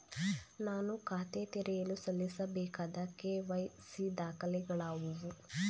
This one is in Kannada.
ನಾನು ಖಾತೆ ತೆರೆಯಲು ಸಲ್ಲಿಸಬೇಕಾದ ಕೆ.ವೈ.ಸಿ ದಾಖಲೆಗಳಾವವು?